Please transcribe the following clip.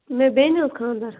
مےٚ بیٚنہِ حظ خانٛدر